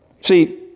See